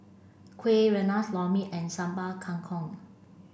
Kuih Rengas Lor Mee and Sambal Kangkong